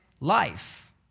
Life